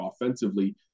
offensively